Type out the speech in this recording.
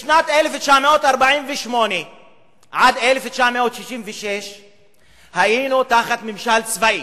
משנת 1948 עד 1966 היינו תחת ממשל צבאי.